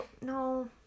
no